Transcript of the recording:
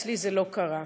אצלי זה לא קרה.